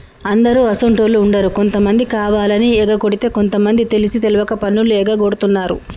అందరు అసోంటోళ్ళు ఉండరు కొంతమంది కావాలని ఎగకొడితే కొంత మంది తెలిసి తెలవక పన్నులు ఎగగొడుతున్నారు